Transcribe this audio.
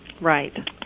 Right